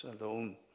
alone